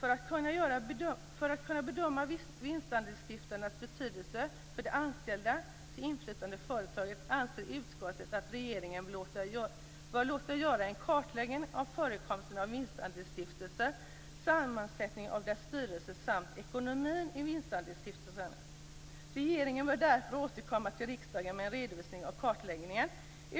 För att kunna bedöma vinstandelsstiftelsernas betydelse för de anställdas inflytande i företaget anser utskottet att regeringen bör låta göra en kartläggning av förekomsten av vinstandelsstiftelser, av deras styrelsers sammansättning samt av deras ekonomi. Regeringen bör därför återkomma till riksdagen med en redovisning av kartläggningen.